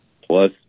plus